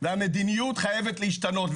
והמדיניות חייבת להשתנות.